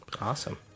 Awesome